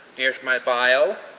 here's my bio.